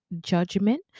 judgment